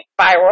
viral